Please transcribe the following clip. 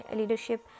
leadership